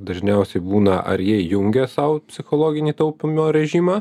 dažniausiai būna ar jie jungia sau psichologinį taupymo režimą